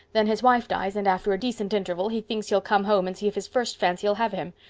then his wife dies and after a decent interval he thinks he'll come home and see if his first fancy'll have him.